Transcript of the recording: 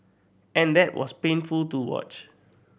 and that was painful to watch